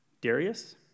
Darius